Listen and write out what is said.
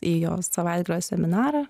į jo savaitgalio seminarą